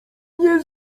nie